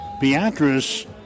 Beatrice